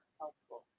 helpful